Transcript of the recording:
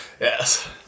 Yes